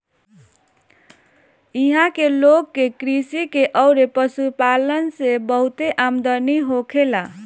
इहां के लोग के कृषि अउरी पशुपालन से बहुते आमदनी होखेला